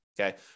okay